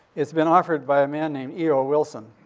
it's been offered by a man named e o. wilson.